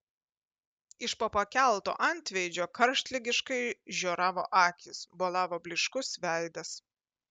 iš po pakelto antveidžio karštligiškai žioravo akys bolavo blyškus veidas